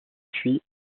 cuit